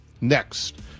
next